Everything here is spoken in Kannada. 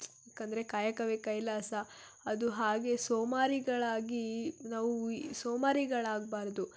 ಯಾಕಂದರೆ ಕಾಯಕವೇ ಕೈಲಾಸ ಅದು ಹಾಗೆ ಸೋಮಾರಿಗಳಾಗಿ ನಾವು ಸೋಮಾರಿಗಳಾಗಬಾರ್ದು